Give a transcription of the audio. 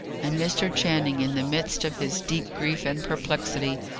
and mr. channing, in the midst of his deep grief and perplexity,